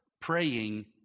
praying